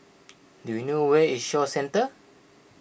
do you know where is Shaw Centre